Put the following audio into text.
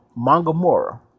Mangamora